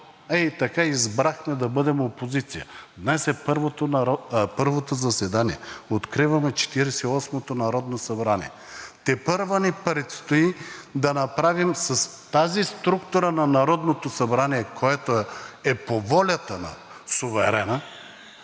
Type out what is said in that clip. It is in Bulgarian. ей така избрахме да бъдем опозиция. Днес е първото заседание, откриваме Четиридесет и осмото народно събрание, тепърва ни предстои да направим с тази структура на Народното събрание, което е по волята на суверена,